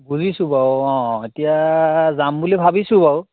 বুজিছোঁ বাৰু অঁ এতিয়া যাম বুলি ভাবিছোঁ বাৰু